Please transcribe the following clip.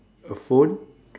a phone